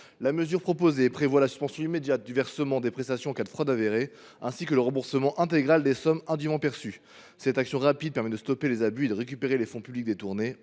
La mesure proposée tend à prévoir la suspension immédiate du versement des prestations en cas de fraude avérée, ainsi que le remboursement intégral des sommes indûment perçues. Cette action rapide permettrait de stopper les abus et de récupérer les fonds publics détournés.